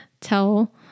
tell